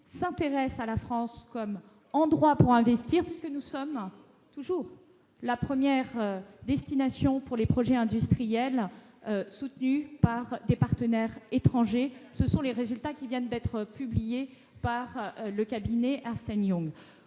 aujourd'hui à la France comme endroit pour investir, puisque notre pays est toujours la première destination pour les projets industriels soutenus par des partenaires étrangers, selon les résultats que vient de publier le cabinet Ernst&Young.